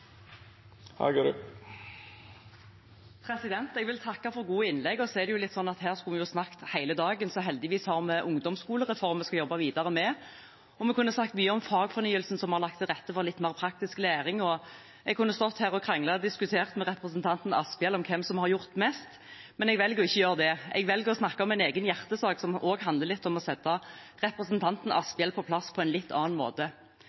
Jeg vil takke for gode innlegg. Her skulle vi ha snakket hele dagen, så heldigvis har vi en ungdomsskolereform vi skal jobbe videre med. Vi kunne også ha sagt mye om fagfornyelsen som har lagt til rette for litt mer praktisk læring, og jeg kunne ha stått her og kranglet og diskutert med representanten Asphjell om hvem som har gjort mest. Men jeg velger å ikke gjøre det – jeg velger å snakke om min egen hjertesak, som også handler litt om å sette representanten Asphjell på plass, på en litt annen måte.